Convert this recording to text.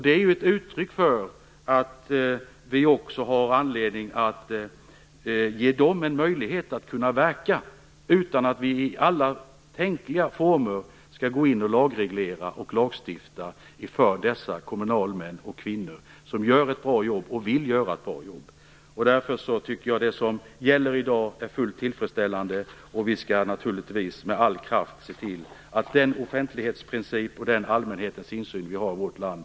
Det är ett uttryck för att vi har anledning att ge dem en möjlighet att verka utan att vi i alla tänkbara former skall lagreglera och lagstifta för dessa kommunalmän och kommunalkvinnor. De gör ett bra jobb och vill göra ett bra jobb. Därför är det som gäller i dag fullt tillfredsställande. Vi skall naturligtvis med all kraft se till att vi försvarar och utvecklar den offentlighetsprincip och den allmänhetens insyn vi har i vårt land.